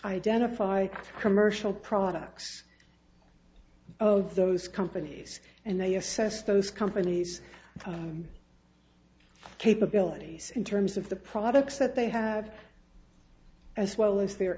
identify the commercial products of those companies and they assess those companies capabilities in terms of the products that they have as well as their